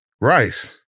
Rice